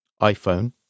iPhone